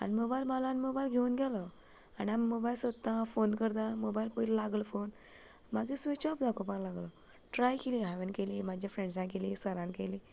mobile मागलो आनी mobile घेवन गेलो आनी आमी मोबायल सोदता फोन करता मोबायल पयलीं लागलो फोन मागी स्वीच ऑफ दाखोवपा लागलो ट्राय केली हांवें म्हाज्या फ्रेंड्सांन केली सरान केली